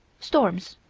storms.